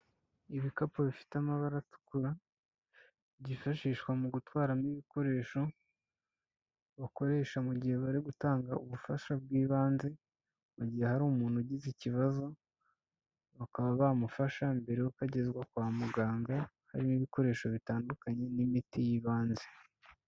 Ibikapu bifite amabara atukura byifashishwa mu gutwaramo ibikoresho bakoresha mu gihe bari gutanga ubufasha bw'ibanze, mu gihe hari umuntu ugize ikibazo bakaba bamufasha mbere y'uko agezwa kwa muganga. Harimo ibikoresho bitandukanye n'imiti y'ibanze.